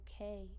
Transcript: okay